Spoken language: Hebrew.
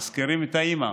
מזכירים את האימא.